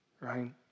right